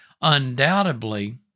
undoubtedly